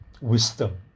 wisdom